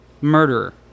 murderer